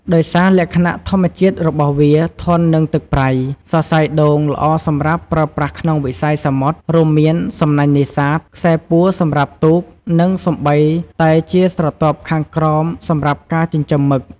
ដោយសារលក្ខណៈធម្មជាតិរបស់វា ធន់នឹងទឹកប្រៃ សរសៃដូងល្អសម្រាប់ប្រើប្រាស់ក្នុងវិស័យសមុទ្រ រួមមាន សំណាញ់នេសាទ ខ្សែពួរសម្រាប់ទូក និងសូម្បីតែជាស្រទាប់ខាងក្រោមសម្រាប់ការចិញ្ចឹមមឹក។